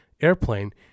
airplane